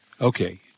Okay